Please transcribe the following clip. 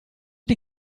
die